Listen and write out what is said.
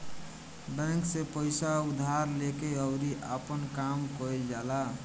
bank से पइसा उधार लेके अउरी आपन काम कईल जाला